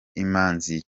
imanzi